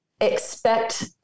expect